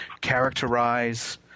characterize